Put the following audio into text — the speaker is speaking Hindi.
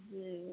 जी